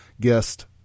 GUEST